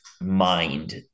mind